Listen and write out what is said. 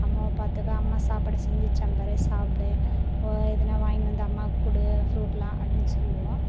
அம்மாவை பார்த்துக்க அம்மா சாப்பாடு செஞ்சிச்சாம் பார் சாப்பிடு ஓ எதனா வாங்கின்னு வந்து அம்மாவுக்கு கொடு ஃப்ரூட் எல்லாம் அப்படின்னு சொல்லுவோம்